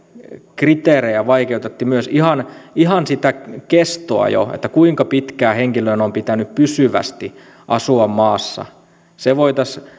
kriteerejä vaikeutettaisiin myös ihan jo sitä kestoa kuinka pitkään henkilön on pitänyt pysyvästi asua maassa se voitaisiin